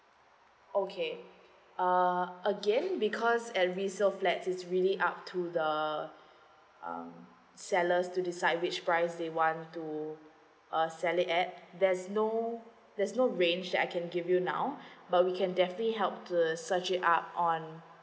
okay uh again because a resale so flat is really up to the um sellers to decide which price they want to uh sell it at there's no there's no range that I can give you now but we can definitely help to search it up on